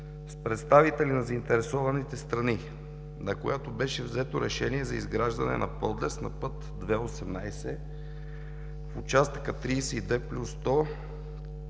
с представители на заинтересованите страни, на която бе взето решение за изграждане на подлез на път II – 18, в участъка от км 32 +100